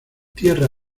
tierra